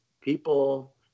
people